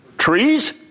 trees